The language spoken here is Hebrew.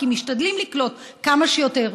כי משתדלים לקלוט כמה שיותר,